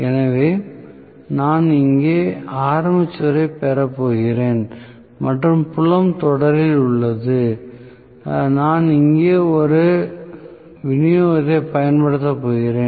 எனவே நான் இங்கே ஆர்மேச்சரைப் பெறப் போகிறேன் மற்றும் புலம் தொடரில் உள்ளது நான் இங்கே ஒரு விநியோகத்தை பயன்படுத்தப் போகிறேன்